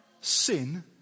sin